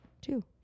Two